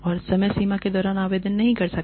और समय सीमा के दौरान आवेदन नहीं कर सका